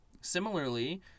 similarly